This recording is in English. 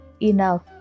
Enough